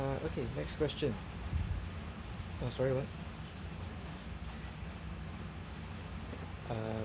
uh okay next question uh sorry what uh